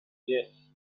yes